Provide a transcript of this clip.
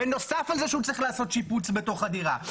בנוסף על זה שהוא צריך לעשות שיפוץ בתוך הדירה,